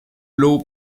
low